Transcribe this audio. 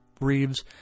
Reeves